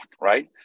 right